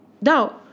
now